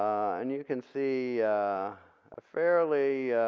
and you can see a fairly